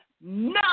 no